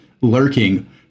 lurking